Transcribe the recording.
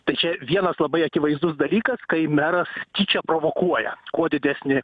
tai čia vienas labai akivaizdus dalykas kai meras tyčia provokuoja kuo didesnį